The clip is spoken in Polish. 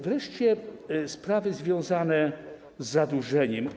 Wreszcie sprawy związane z zadłużeniem.